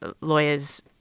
lawyers